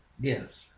Yes